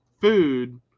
food